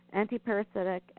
antiparasitic